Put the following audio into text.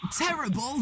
Terrible